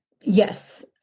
Yes